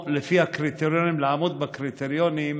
צריך לעמוד בקריטריונים